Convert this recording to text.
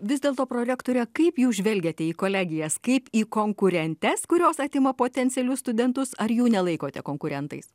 vis dėlto prorektore kaip jūs žvelgiate į kolegijas kaip į konkurentes kurios atima potencialius studentus ar jų nelaikote konkurentais